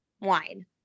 wine